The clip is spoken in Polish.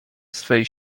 swej